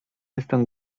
jestem